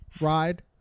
ride